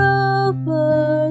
over